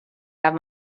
have